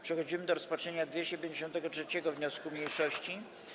Przechodzimy do rozpatrzenia 253. wniosku mniejszości.